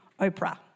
Oprah